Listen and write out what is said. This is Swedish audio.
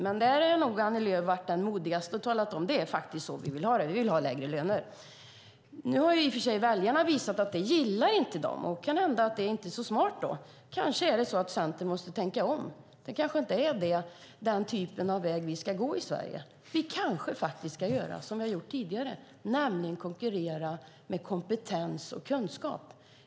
Men Annie Lööf har alltså varit den modigaste, och hon har talat om att det är så ni vill ha det. Ni vill ha lägre löner. Nu har i och för sig väljarna visat att de inte gillar detta. Det kan hända att det inte är så smart. Centern kanske måste tänka om. Det kanske inte är denna typ av väg vi ska gå i Sverige. Vi kanske ska göra som vi har gjort tidigare, nämligen konkurrera med kompetens och kunskap.